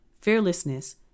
fearlessness